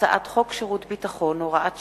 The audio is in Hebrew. הצעת חוק שירות ביטחון (הוראת שעה)